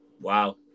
Wow